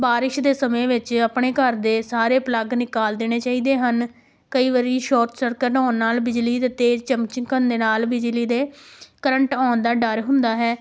ਬਾਰਿਸ਼ ਦੇ ਸਮੇਂ ਵਿੱਚ ਆਪਣੇ ਘਰ ਦੇ ਸਾਰੇ ਪਲੱਗ ਨਿਕਾਲ ਦੇਣੇ ਚਾਹੀਦੇ ਹਨ ਕਈ ਵਾਰੀ ਸ਼ੋਰਟ ਸਰਕਟ ਹੋਣ ਨਾਲ ਬਿਜਲੀ ਦੇ ਤੇਜ਼ ਚਮਕਣ ਦੇ ਨਾਲ ਬਿਜਲੀ ਦੇ ਕਰੰਟ ਆਉਣ ਦਾ ਡਰ ਹੁੰਦਾ ਹੈ